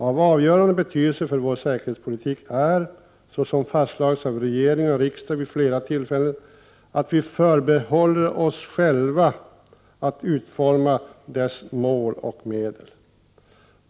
Av avgörande betydelse för vår säkerhetspolitik är, så som fastslagits av regering och riksdag vid flera tillfällen, att vi förbehåller oss rätten att själva utforma dess mål och medel.